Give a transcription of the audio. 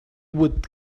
would